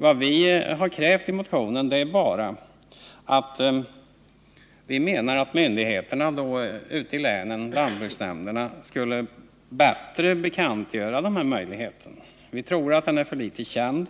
Vad vi kräver i motionen är bara att myndigheterna ute i länen — lantbruksnämnderna — bättre skall bekantgöra denna möjlighet. Vi tror att den är för litet känd.